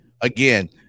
Again